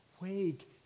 wake